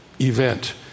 event